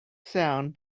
sound